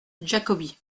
giacobbi